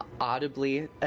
audibly